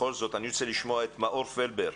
רוצה לשמוע את מאור פלבר,